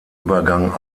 übergang